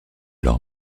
leur